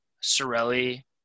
Sorelli